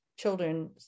children